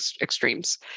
extremes